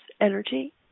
energy